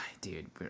Dude